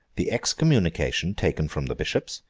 the excommunication taken from the bishops,